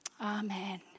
Amen